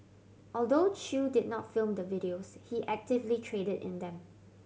although Chew did not film the videos he actively traded in them